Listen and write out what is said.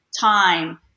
time